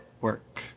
work